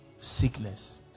sickness